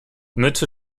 mitte